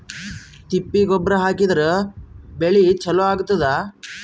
ತಿಪ್ಪಿ ಗೊಬ್ಬರ ಹಾಕಿದ್ರ ಬೆಳಿ ಚಲೋ ಆಗತದ?